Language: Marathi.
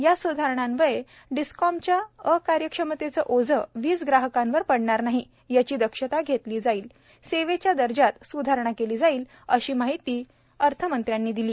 या स्धारणांन्वये डिस्कॉमच्या अकार्यक्षमतेचे ओझे वीज ग्राहकांवर पडणार नाही याची दक्षता घेतली जाईल सेवेच्या दर्जात स्धारणा केली जाईल अशी माहिती त्यांनी दिली